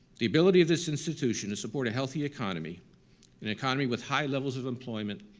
the ability of this institution to support a healthy economy an economy with high levels of employment,